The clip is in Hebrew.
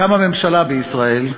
קמה ממשלה בישראל.